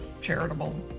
charitable